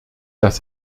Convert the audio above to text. das